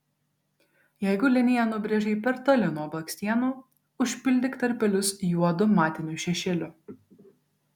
jeigu liniją nubrėžei per toli nuo blakstienų užpildyk tarpelius juodu matiniu šešėliu